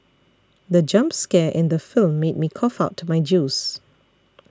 the jump scare in the film made me cough out my juice